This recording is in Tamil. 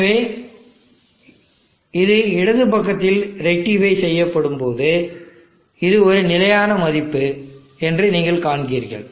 எனவே இது இடது பக்கத்தில் ரெக்டிஃபை செய்யப்படும்போது இது ஒரு நிலையான மதிப்பு என்று நீங்கள் காண்கிறீர்கள்